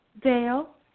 Dale